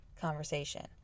conversation